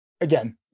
again